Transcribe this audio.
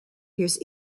his